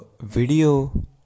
video